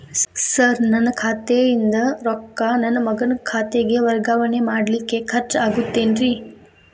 Sir ನನ್ನ ಖಾತೆಯಿಂದ ರೊಕ್ಕ ನನ್ನ ಮಗನ ಖಾತೆಗೆ ವರ್ಗಾವಣೆ ಮಾಡಲಿಕ್ಕೆ ಖರ್ಚ್ ಆಗುತ್ತೇನ್ರಿ?